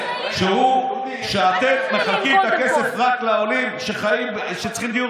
אתם מחלקים את הכסף רק לעולים שצריכים דיור